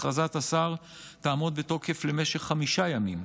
הכרזת השר תעמוד בתוקף למשך חמישה ימים,